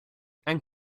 and